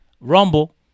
rumble